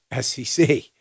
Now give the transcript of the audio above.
SEC